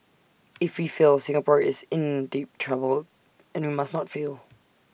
if we fail Singapore is in deep trouble and we must not fail